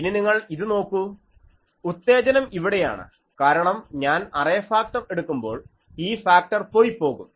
ഇനി നിങ്ങൾ ഇത് നോക്കൂ ഉത്തേജനം ഇവിടെയാണ് കാരണം ഞാൻ അറേ ഫാക്ടർ എടുക്കുമ്പോൾ ഈ ഫാക്ടർ പോയി പോകും